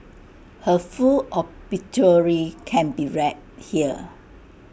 her full obituary can be read here